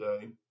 today